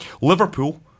Liverpool